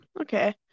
Okay